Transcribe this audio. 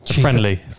Friendly